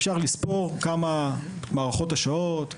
אפשר לספור את מערכות השעות,